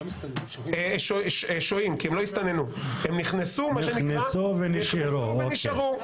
הם נכנסו ונשארו.